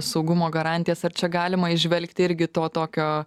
saugumo garantijas ar čia galima įžvelgti irgi to tokio